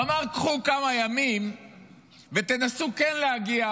הוא אמר: קחו כמה ימים ותנסו כן להגיע